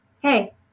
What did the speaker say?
Hey